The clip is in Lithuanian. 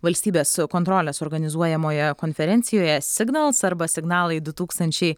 valstybės kontrolės organizuojamoje konferencijoje signals arba signalai du tūkstančiai